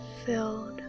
filled